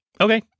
Okay